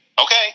Okay